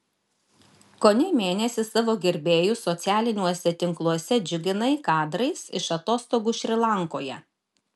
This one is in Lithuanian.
kone mėnesį savo gerbėjus socialiniuose tinkluose džiuginai kadrais iš atostogų šri lankoje